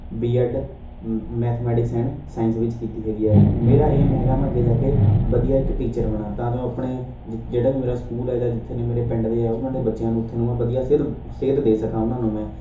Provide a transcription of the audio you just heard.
B Ed ਮ mathematics and science ਵਿੱਚ ਕੀਤੀ ਹੈਗੀ ਹੈ ਮੇਰਾ ਏਮ ਹੈਗਾ ਮੈਂ ਅੱਗੇ ਜਾ ਕੇ ਵਧੀਆ ਇੱਕ ਟੀਚਰ ਬਣਾ ਤਾਂ ਜੋ ਆਪਣੇ ਜਿੱਥ ਜਿਹੜਾ ਵੀ ਮੇਰਾ ਸਕੂਲ ਹੈ ਜਾਂ ਜਿੱਥੇ ਨੇ ਮੇਰੇ ਪਿੰਡ ਦੇ ਆ ਉਹਨਾਂ ਦੇ ਬੱਚਿਆਂ ਨੂੰ ਉੱਥੇ ਨੂੰ ਮੈਂ ਵਧੀਆ ਸਿਧ ਸੇਧ ਦੇ ਸਕਾਂ ਉਹਨਾਂ ਨੂੰ ਮੈਂ